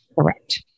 Correct